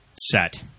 set